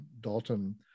Dalton